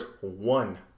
one